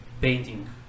painting